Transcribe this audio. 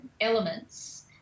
elements